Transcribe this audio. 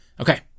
Okay